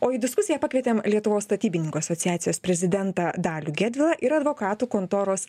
o į diskusiją pakvietėm lietuvos statybininkų asociacijos prezidentą dalių gedvilą ir advokatų kontoros